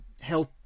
health